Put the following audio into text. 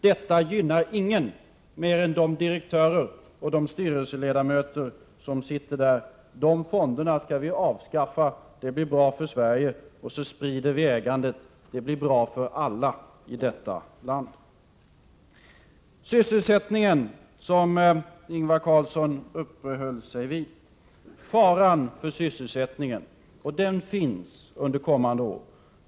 Detta gynnar ingen mer än de direktörer och styrelseledamöter som sitter där. Dessa fonder skall vi avskaffa — det blir bra för Sverige. Och så sprider vi ägandet — det blir bra för alla i detta land. Ingvar Carlsson uppehöll sig vid faran för sysselsättningen under kommande år, och den faran finns.